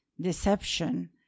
deception